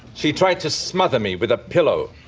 she tried to smother me with a pillow